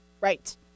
Right